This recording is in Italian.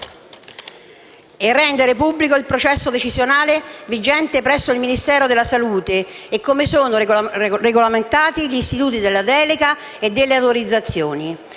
a rendere pubblici il processo decisionale vigente presso il Ministero della salute e la regolamentazione degli istituti della delega e delle autorizzazioni.